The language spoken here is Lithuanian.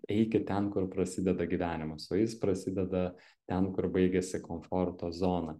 eikit ten kur prasideda gyvenimas o jis prasideda ten kur baigiasi komforto zona